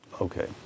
Okay